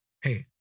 hey